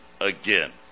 again